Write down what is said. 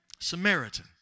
Samaritan